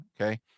okay